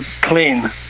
clean